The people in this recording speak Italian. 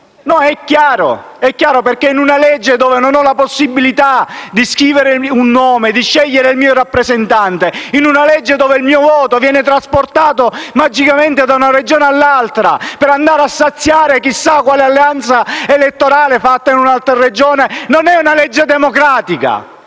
legge che non concede all'elettore la possibilità di scrivere un nome e di scegliere il proprio rappresentante, una legge dove il voto dell'elettore viene trasportato magicamente da una Regione all'altra, per andare a saziare chissà quale alleanza elettorale fatta in un'altra Regione, non è una legge democratica